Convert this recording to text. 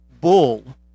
bull